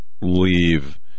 leave